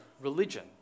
religion